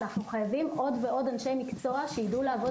אנחנו חייבים עוד ועוד אנשי מקצוע שידעו לעבוד